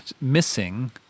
missing